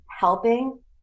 helping